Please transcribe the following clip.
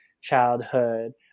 childhood